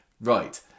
Right